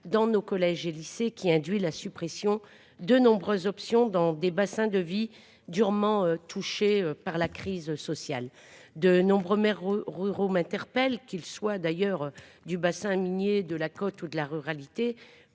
dans nos collèges et lycées qui induit la suppression de nombreuses options dans des bassins de vie durement touché par la crise sociale. De nombreux maires ruraux m'interpelle, qu'il soit d'ailleurs du bassin minier de la côte ou de la ruralité